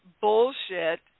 bullshit